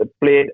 played